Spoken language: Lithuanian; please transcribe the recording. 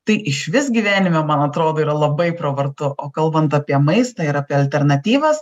tai išvis gyvenime man atrodo yra labai pravartu o kalbant apie maistą ir apie alternatyvas